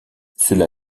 cela